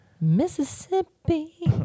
Mississippi